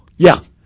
yeah,